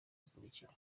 bikurikira